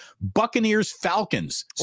Buccaneers-Falcons